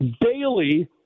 daily